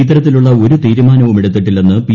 ഇത്തരത്തിലുള്ള ഒരു തീരുമാനവും എടുത്തിട്ടിട്ടില്ലെന്ന് പി